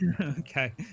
Okay